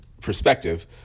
perspective